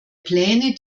pläne